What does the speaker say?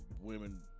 women